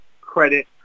credit